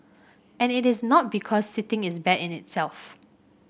and it is not because sitting is bad in itself